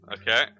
Okay